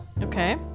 Okay